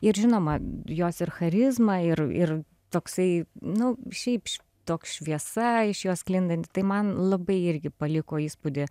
ir žinoma jos ir charizma ir ir toksai nu šiaip toks šviesa iš jos sklindanti tai man labai irgi paliko įspūdį